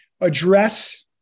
address